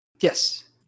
Yes